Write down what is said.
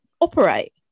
operate